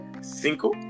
Cinco